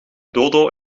dodo